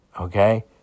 okay